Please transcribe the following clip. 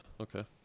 okay